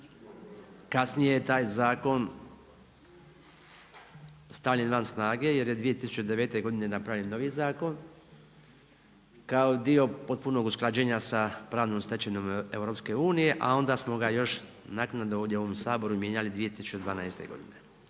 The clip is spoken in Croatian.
kasnije je taj zakon stavljen van snage jer je 2009. godine napravljen novi zakon, kao dio potpunog usklađenja sa pravnom stečevinom EU-a onda smo ga još naknadno u ovom Saboru mijenjali 2012. godine.